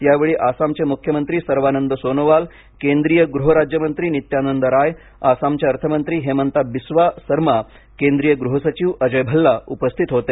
यावेळी आसामचे मुख्यमंत्री सर्बानंद सोनोवाल केंद्रीय गृहराज्यमंत्री नित्यानंद राय आसामचे अर्थमंत्री हिमंता बिस्वा सरमा केंद्रीय गृहसचिव अजय भल्ला उपस्थित होते